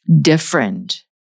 different